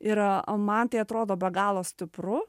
ir man tai atrodo be galo stipru